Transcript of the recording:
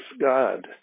God